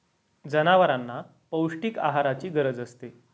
जनावरांना पौष्टिक आहाराची गरज असते